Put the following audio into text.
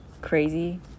Crazy